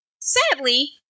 sadly